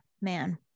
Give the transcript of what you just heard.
man